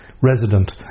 resident